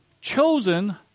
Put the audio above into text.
chosen